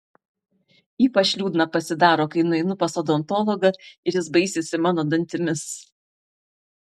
ypač liūdna pasidaro kai nueinu pas odontologą ir jis baisisi mano dantimis